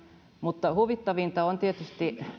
mutta huvittavinta tietysti